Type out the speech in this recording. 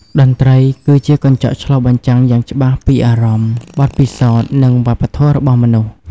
តន្ត្រីគឺជាកញ្ចក់ឆ្លុះបញ្ចាំងយ៉ាងច្បាស់ពីអារម្មណ៍ បទពិសោធន៍ និងវប្បធម៌របស់មនុស្ស។